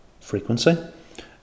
frequency